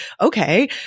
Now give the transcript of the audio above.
okay